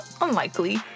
unlikely